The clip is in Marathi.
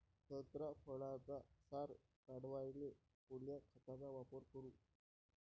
संत्रा फळाचा सार वाढवायले कोन्या खताचा वापर करू?